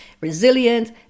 resilient